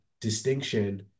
distinction